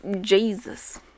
Jesus